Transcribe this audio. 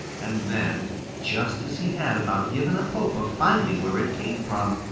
and then just as he had about given up hope of finding where it came from,